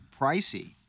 pricey